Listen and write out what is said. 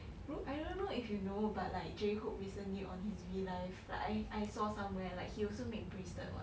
如 I don't know if you know but like j hope recently on his V Live like I I saw somewhere like he also make bracelet what